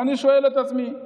ואני שואל את עצמי,